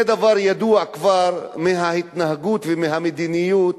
זה דבר ידוע כבר מההתנהגות ומהמדיניות